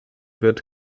wird